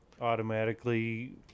automatically